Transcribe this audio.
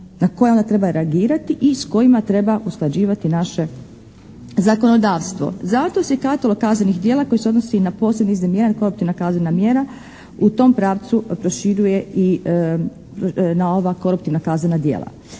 na koje onda treba reagirati i s kojima treba usklađivati naše zakonodavstvo. Zato se katalog kaznenih dijela koji se odnosi na posebne iznimne mjere …/Govornik se ne razumije./… kaznena mjera u tom pravcu proširuje i na ova koruptivna kaznena djela.